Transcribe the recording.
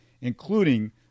including